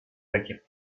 rakip